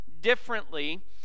differently